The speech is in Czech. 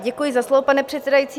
Děkuji za slovo, pane předsedající.